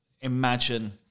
imagine